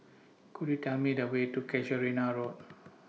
Could YOU Tell Me The Way to Casuarina Road